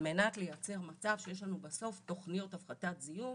על מנת לייצר מצב שיש לנו בסוף תוכניות הפחתת זיהום